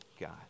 God